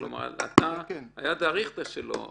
כלומר: אתה ידא אריכתא שלו,